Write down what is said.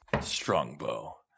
Strongbow